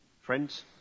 Friends